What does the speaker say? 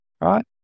right